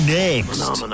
next